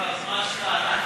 זה על הזמן שלך.